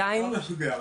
מספיק.